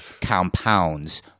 compounds